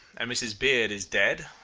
and mrs. beard is dead,